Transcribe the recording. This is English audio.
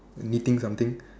knitting something